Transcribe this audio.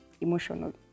emotional